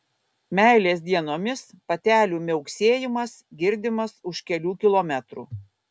meilės dienomis patelių miauksėjimas girdimas už kelių kilometrų